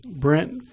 brent